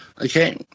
Okay